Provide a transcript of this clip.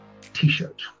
t-shirt